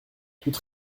toute